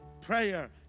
prayer